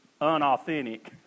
unauthentic